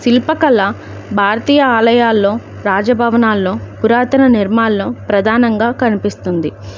శిల్పకళ భారతీయ ఆలయాల్లో రాజభవనాల్లో పురాతన నిర్మాణాల్లో ప్రధానంగా కనిపిస్తుంది